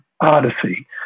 Odyssey